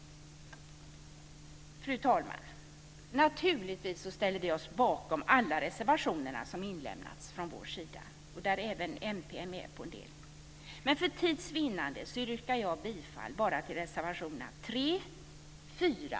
Fru talman! Naturligtvis ställer vi oss bakom alla reservationer som har inlämnats från vår sida av vilka även Miljöpartiet är med på en del. Men för tids vinnande yrkar jag bifall bara till reservationerna 3, 4